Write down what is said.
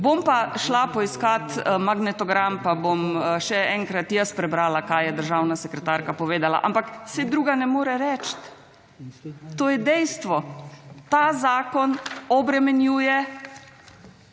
Bom pa šla poiskati magnetogram, pa bom še enkrat jaz prebrala kaj je državna sekretarka povedala, ampak saj druga ne more reči. To je dejstvo, ta zakon obremenjuje